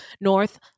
north